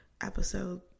episode